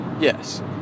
Yes